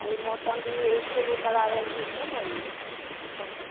ई मौसम भी फूल वूल लगाबएके छै नहि अभी बरसात